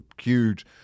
huge